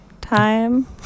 time